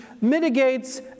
mitigates